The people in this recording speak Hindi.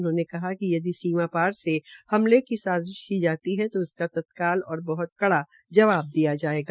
उन्होंने कहा कि यदि सीमा पार से हमले की साजिश की जाती है तो उसका तत्काल और बहत बड़ी जवाब दिया जायेगा